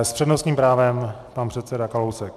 S přednostním právem pan předseda Kalousek.